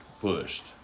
pushed